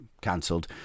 cancelled